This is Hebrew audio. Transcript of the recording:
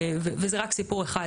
וזה רק סיפור אחד,